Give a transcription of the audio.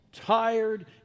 tired